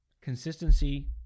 Consistency